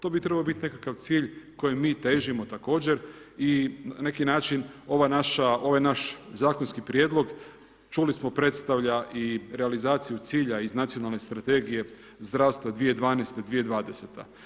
To bi trebao biti nekakav cilj kojem mi težimo također i na neki način ovaj naš zakonski prijedlog, čuli smo, predstavlja i realizaciju cilja iz nacionalne strategije zdravstva 2012.-2020.